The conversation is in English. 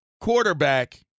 quarterback